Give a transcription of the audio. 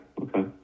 Okay